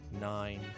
nine